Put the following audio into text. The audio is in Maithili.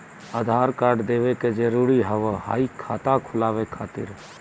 आधार कार्ड देवे के जरूरी हाव हई खाता खुलाए खातिर?